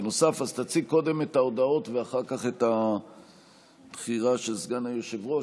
אז תציג קודם את ההודעות ואחר כך את הבחירה של סגן היושב-ראש.